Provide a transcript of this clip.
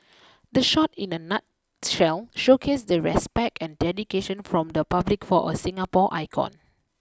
the shot in a nutshell showcased the respect and dedication from the public for a Singapore icon